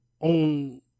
own